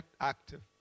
active